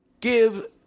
give